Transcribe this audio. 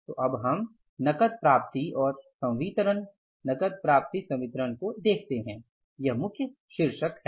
तो अब हम नकद प्राप्ति और संवितरण नकद प्राप्ति संवितरण को देखते हैं यह मुख्य शीर्षक है